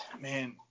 man